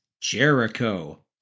Jericho